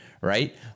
right